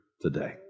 today